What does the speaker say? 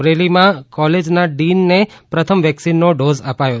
અમરેલીમા કોલેજના ડિનને પ્રથમ વેક્સિનનો ડોઝ અપાયો